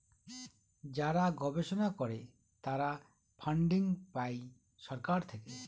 যারা গবেষণা করে তারা ফান্ডিং পাই সরকার থেকে